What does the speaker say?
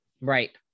Right